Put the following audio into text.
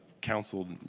counseled